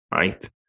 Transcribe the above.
right